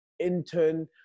intern